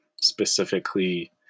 specifically